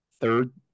Third